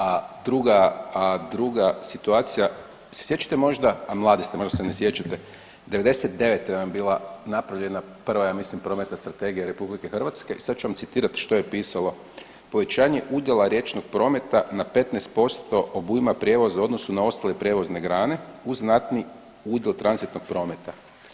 A druga situacija, se sjećate možda, a mladi ste, možda se ne sjećate, '99. vam je bila napravljena prva, ja mislim, prometna strategija RH i sad ću vam citirati što je pisalo, povećanje udjela riječnog prometa na 15% obujma prijevoza u odnosu na ostale prijevozne grane uz znatni udjel tranzitnog prometa.